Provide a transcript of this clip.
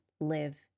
live